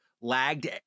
lagged